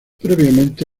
previamente